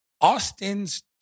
Austin's